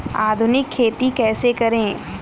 आधुनिक खेती कैसे करें?